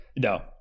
No